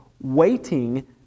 waiting